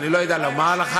ואני לא יודע לומר לך.